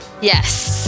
Yes